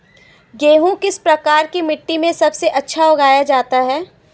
गेहूँ किस प्रकार की मिट्टी में सबसे अच्छा उगाया जाता है?